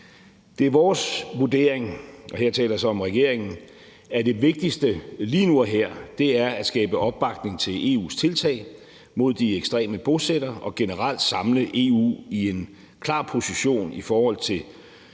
Det er vores vurdering – her taler jeg så om regeringen – at det vigtigste lige nu og her er at skabe opbakning til EU's tiltag mod de ekstreme bosættere og generelt samle EU i en klar position i forhold til